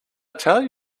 tell